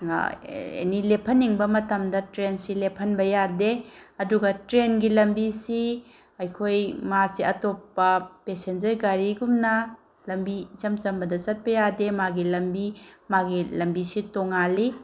ꯑꯦꯅꯤ ꯂꯦꯞꯍꯟꯅꯤꯡꯕ ꯃꯇꯝꯗ ꯇ꯭ꯔꯦꯟꯁꯤ ꯂꯦꯞꯍꯟꯕ ꯌꯥꯗꯦ ꯑꯗꯨꯒ ꯇ꯭ꯔꯦꯟꯒꯤ ꯂꯝꯕꯤꯁꯤ ꯑꯩꯈꯣꯏ ꯃꯥꯁꯦ ꯑꯇꯣꯞꯄ ꯄꯦꯁꯦꯟꯖꯔ ꯒꯥꯔꯤꯒꯨꯝꯅ ꯂꯝꯕꯤ ꯏꯆꯝ ꯆꯝꯕꯗ ꯆꯠꯄ ꯌꯥꯗꯦ ꯃꯥꯒꯤ ꯂꯝꯕꯤ ꯃꯥꯒꯤ ꯂꯝꯕꯤꯁꯤ ꯇꯣꯡꯉꯥꯜꯂꯤ